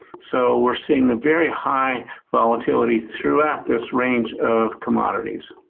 so we're seeing a very high volatility throughout this range of commodities.